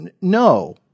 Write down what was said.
No